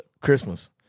Christmas